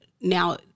now